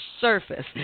surface